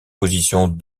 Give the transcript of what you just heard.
positions